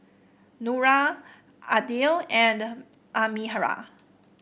Nura Aidil and Amirah